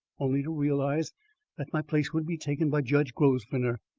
only to realise that my place would be taken by judge grosvenor,